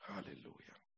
Hallelujah